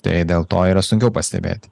tai dėl to yra sunkiau pastebėti